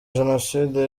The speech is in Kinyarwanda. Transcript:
jenoside